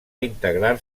integrar